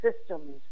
systems